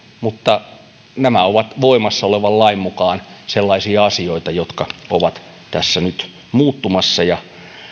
mutta nämä ovat voimassa olevan lain mukaan sellaisia asioita jotka ovat tässä nyt muuttumassa ja